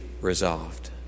resolved